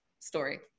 story